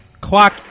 Clock